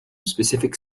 specific